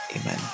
Amen